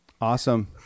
Awesome